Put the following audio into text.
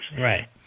Right